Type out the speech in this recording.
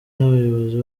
n’abayobozi